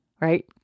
right